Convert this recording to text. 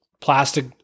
plastic